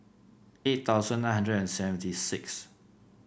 eight thousand nine hundred and seventy six